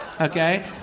Okay